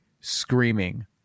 screaming